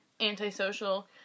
antisocial